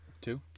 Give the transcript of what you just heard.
Two